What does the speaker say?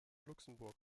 luxemburg